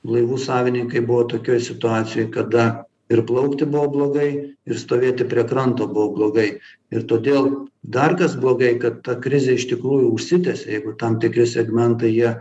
laivų savininkai buvo tokioj situacijoj kada ir plaukti buvo blogai ir stovėti prie kranto buvo blogai ir todėl dar kas blogai kad ta krizė iš tikrųjų užsitęsė jeigu tam tikri segmentai jie